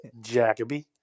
Jacoby